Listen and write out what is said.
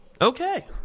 Okay